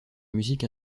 musique